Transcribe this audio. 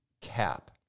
CAP